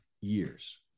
years